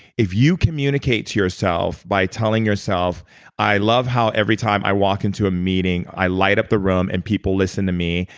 if you communicate to yourself by telling yourself i love how every time i walk into a meeting, i light up the room and people listen to me.